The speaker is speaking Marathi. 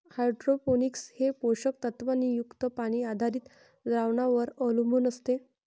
हायड्रोपोनिक्स हे पोषक तत्वांनी युक्त पाणी आधारित द्रावणांवर अवलंबून असते